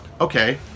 Okay